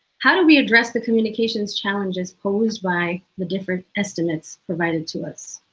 how do we address the communications challenges posed by the different estimates provided to us?